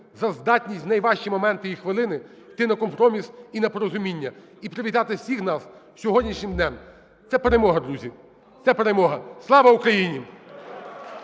за здатність в найважчі моменти і хвилини йти на компроміс і на порозуміння, і привітати всіх нас з сьогоднішнім днем. Це перемога, друзі. Це перемога. Слава України!